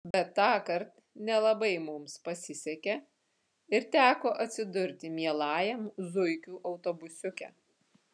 bet tąkart nelabai mums pasisekė ir teko atsidurti mielajam zuikių autobusiuke